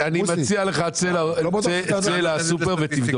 צאו לסופר ותבדוק.